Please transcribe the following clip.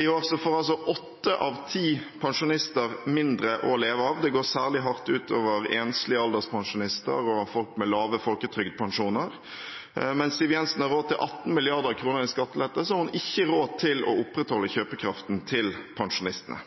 I år får åtte av ti pensjonister mindre å leve av. Det går særlig hardt ut over enslige alderspensjonister og folk med lave folketrygdpensjoner. Mens Siv Jensen har råd til 18 mrd. kr i skattelettelser, har hun ikke råd til å opprettholde kjøpekraften til pensjonistene.